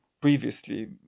previously